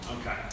Okay